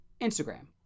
Instagram